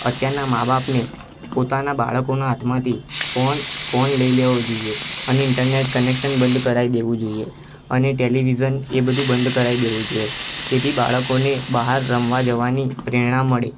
અત્યારના મા બાપને પોતાનાં બાળકોનાં હાથમાંથી ફોન ફોન લઇ લેવો જોઈએ અને ઈન્ટરનેટ કનેક્સન બંધ કરાવી દેવું જોઈએ અને ટેલિવિઝન એ બધું બંધ કરાવી દેવું જોઈએ તેથી બાળકોને બહાર રમવા જવાની પ્રેરણા મળે